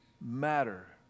matter